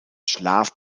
schlaf